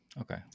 Okay